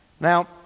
Now